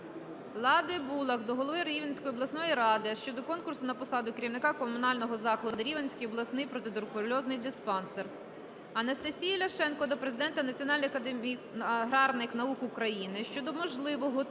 Лади Булах до голови Рівненської обласної ради щодо конкурсу на посаду керівника комунального закладу "Рівненський обласний протитуберкульозний диспансер". Анастасії Ляшенко до Президента Національної академії аграрних наук України щодо можливого тиску на